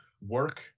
work